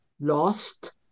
lost